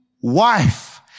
wife